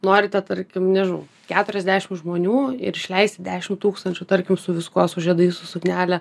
norite tarkim nežinau keturiasdešim žmonių ir išleisti dešim tūkstančių tarkim su viskuo su žiedais su suknele